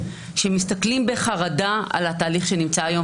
שמסתכלים בחרדה על התהליך שנמצא היום,